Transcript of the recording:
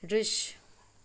दृश्य